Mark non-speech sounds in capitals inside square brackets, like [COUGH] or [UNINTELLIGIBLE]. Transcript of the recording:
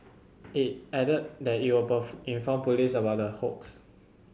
it added that it would [UNINTELLIGIBLE] inform police about the hoax